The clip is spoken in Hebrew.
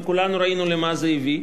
וכולנו ראינו למה זה הביא,